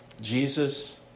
Jesus